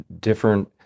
different